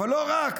אבל לא רק,